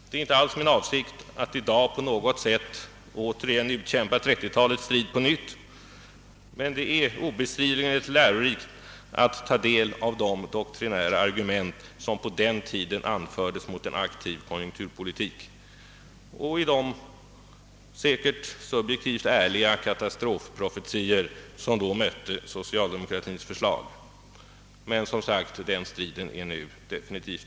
Det är inte alls min avsikt att i dag på något sätt utkämpa 1930-talets strid på nytt, men det är obestridligen lärorikt att ta del av de doktrinära argument som på den tiden anfördes mot en aktiv konjunkturpolitik och av de säkert subjektivt ärliga katastrofprofetior som då mötte socialdemokratins förslag. Men, som sagt, den striden är nu utkämpad.